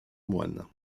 moyne